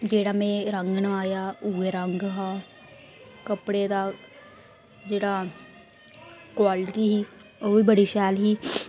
जेह्ड़ा मै रंग नोआया उ'ऐ रंग हा कपड़े दा जेह्ड़ा क्वालिटी ही उब्बी बड़ी शैल ही